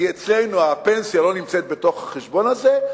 כי אצלנו הפנסיה לא נמצאת בתוך החשבון הזה,